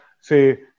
say